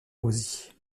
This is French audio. rosie